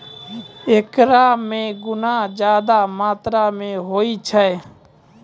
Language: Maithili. एकरा मे गुना ज्यादा मात्रा मे होय छै